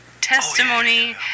testimony